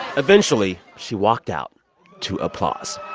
eventually, she walked out to applause